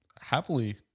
happily